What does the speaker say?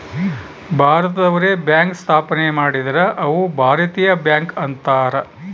ಭಾರತದವ್ರೆ bank ಸ್ಥಾಪನೆ ಮಾಡಿದ್ರ ಅವು ಭಾರತೀಯ ಬ್ಯಾಂಕ್ ಅಂತಾರ